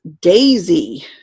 Daisy